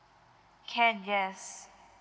can yes